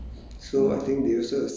veggie stuff and